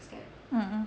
mmhmm